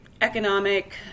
economic